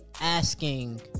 asking